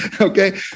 Okay